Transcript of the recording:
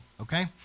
okay